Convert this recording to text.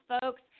folks